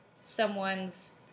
someone's